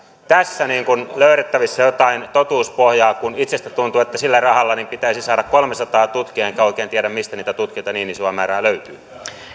tässä löydettävissä jotain totuuspohjaa kun itsestä tuntuu että sillä rahalla pitäisi saada kolmesataa tutkijaa enkä oikein tiedä mistä niitä tutkijoita niin isoa määrää löytyy